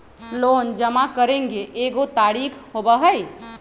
Loan जमा करेंगे एगो तारीक होबहई?